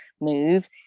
move